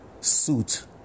suit